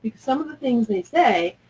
some of the things they say,